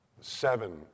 seven